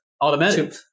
automatic